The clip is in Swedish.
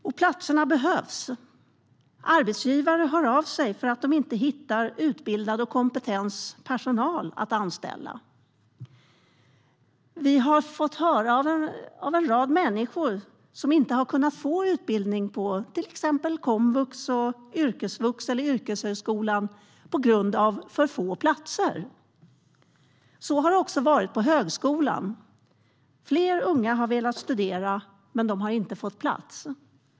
Och platserna behövs. Arbetsgivare hör av sig för att de inte hittar utbildad och kompetent personal att anställa. Vi har fått höra om en rad människor som inte har kunnat få utbildning på till exempel komvux, yrkesvux eller yrkeshögskolan på grund av för få platser. Så har det också varit på högskolan. Fler unga har velat studera, men de har inte fått plats.